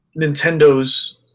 Nintendo's